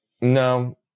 No